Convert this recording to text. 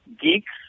geeks